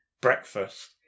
breakfast